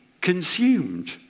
consumed